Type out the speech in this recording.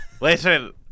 Listen